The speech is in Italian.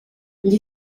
gli